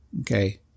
okay